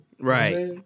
Right